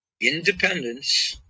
independence